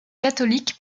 catholique